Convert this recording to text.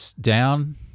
down